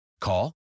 Call